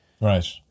Right